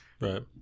Right